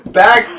back